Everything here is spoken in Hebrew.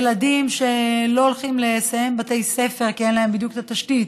ילדים שלא הולכים לסיים בתי ספר כי אין להם בדיוק את התשתית.